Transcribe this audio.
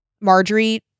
Marjorie